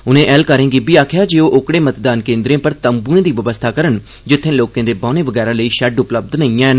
उनें ऐह्लकारें गी इब्बी आखेआ जे ओह् ओकड़े मतदान केन्द्रें पर तम्बुएं दी बवस्था करन जित्थें लोकें दे बौह्ने वगैरा लेई शैड उपलब्ध नेई हैन